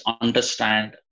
Understand